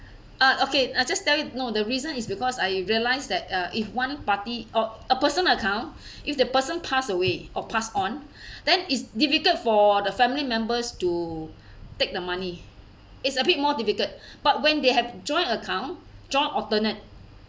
uh okay I just tell you no the reason is because I realised that uh if one party or a personal account if the person pass away or pass on then it's difficult for the family members to take the money it's a bit more difficult but when they have joint account joint alternate